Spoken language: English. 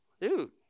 dude